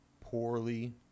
poorly